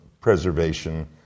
preservation